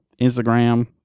Instagram